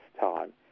time